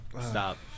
Stop